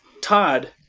Todd